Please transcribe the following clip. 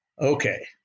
Okay